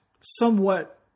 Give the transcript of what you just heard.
somewhat